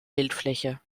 bildfläche